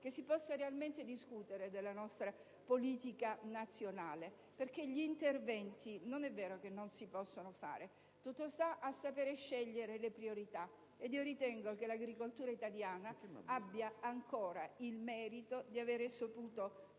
che si possa realmente discutere della nostra politica nazionale. Non è vero infatti che gli interventi non si possono fare; tutto sta a saper scegliere le priorità. Io ritengo che l'agricoltura italiana abbia ancora il merito di aver saputo